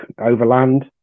overland